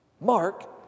Mark